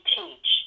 teach